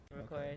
Record